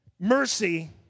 mercy